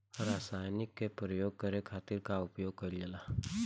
रसायनिक के प्रयोग करे खातिर का उपयोग कईल जाला?